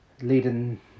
leading